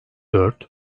dört